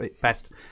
best